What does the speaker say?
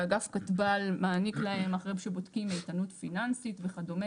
שאגף כטב"ל מעניק להם אחרי שבודקים איתנו פיננסית וכדומה.